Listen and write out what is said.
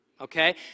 okay